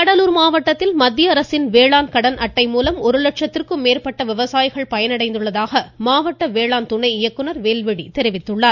இருவரி கடலூர் மாவட்டத்தில் மத்திய அரசின் வேளாண் கடன் அட்டை மூலம் ஒரு லட்சத்திற்கும் மேற்பட்ட விவசாயிகள் பயனடைந்துள்ளதாக மாவட்ட வேளாண் துணை இயக்குநர் வேல்விழி தெரிவித்துள்ளார்